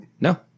No